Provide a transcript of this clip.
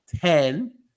ten